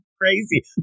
crazy